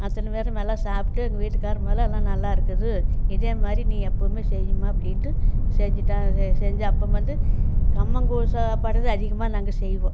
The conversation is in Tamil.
அத்தனை பேரும் நல்லா சாப்பிட்டு எங்கள் வீட்டுக்காரர் மேலே எல்லாம் நல்லாயிருக்குது இதே மாதிரி நீ எப்பவுமே செய்யும்மா அப்படின்ட்டு செஞ்சுட்டால் செஞ்சு அப்பறம் வந்து கம்மங்கூழ் சாப்பாடுதான் அதிகமாக நாங்கள் செய்வோம்